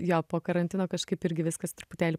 jo po karantino kažkaip irgi viskas truputėlį